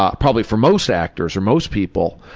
ah probably for most actors or most people.